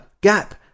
Gap